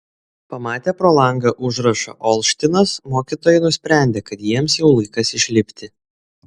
pamatę pro langą užrašą olštynas mokytojai nusprendė kad jiems jau laikas išlipti